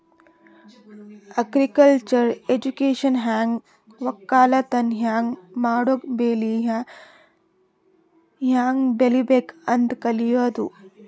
agriculture ಎಜುಕೇಶನ್ದಾಗ್ ವಕ್ಕಲತನ್ ಹ್ಯಾಂಗ್ ಮಾಡ್ಬೇಕ್ ಬೆಳಿ ಹ್ಯಾಂಗ್ ಬೆಳಿಬೇಕ್ ಅಂತ್ ಕಲ್ಯಾದು